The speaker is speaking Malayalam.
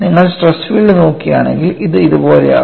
നിങ്ങൾ സ്ട്രെസ് ഫീൽഡ് നോക്കുകയാണെങ്കിൽ ഇത് ഇതുപോലെയാകും